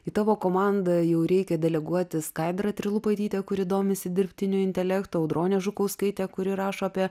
į tavo komandą jau reikia deleguoti skaidrą trilupaitytę kuri domisi dirbtiniu intelektu audronę žukauskaitę kuri rašo apie